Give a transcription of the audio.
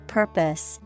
purpose